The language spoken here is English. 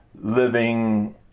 living